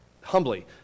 humbly